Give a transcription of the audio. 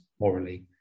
morally